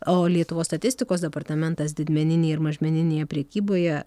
o lietuvos statistikos departamentas didmeninėj ir mažmeninėje prekyboje